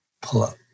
Pull-up